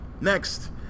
Next